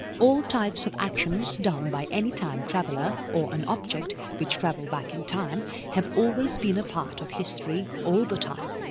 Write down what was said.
all types of actions done by any time traveller or an object which travel back in time have always been a part of history all the time,